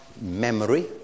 memory